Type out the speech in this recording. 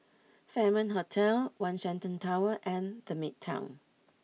Fairmont Hotel One Shenton Tower and the Midtown